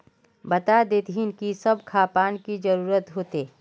बता देतहिन की सब खापान की जरूरत होते?